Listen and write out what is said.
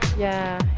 yeah